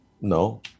No